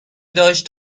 داشت